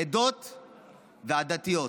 עדות ועדתיות,